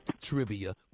Trivia